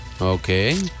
okay